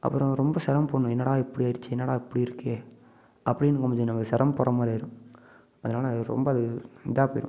அப்புறம் ரொம்ப சிரமப்பட்ணும் என்னடா இப்படி ஆகிருச்சு என்னடா இப்படி இருக்கே அப்படின்னு கொஞ்சம் நம்ம சிரமப்பட்ற மாதிரி ஆகிரும் அதனால அது ரொம்ப அது இதாக போயிடும்